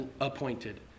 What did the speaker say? appointed